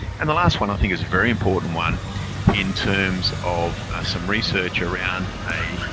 and the last one i think is very important one in terms of some research around a